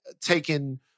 taken